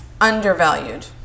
undervalued